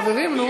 חברים, נו.